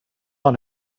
have